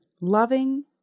Loving